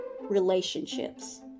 relationships